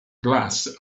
glass